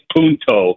Punto